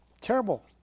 terrible